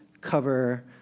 cover